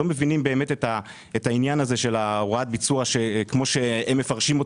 לא מבינים באמת את העניין של הוראת ביצוע שכפי שהם מפרשים,